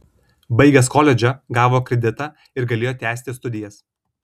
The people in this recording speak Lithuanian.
baigęs koledžą gavo kreditą ir galėjo tęsti studijas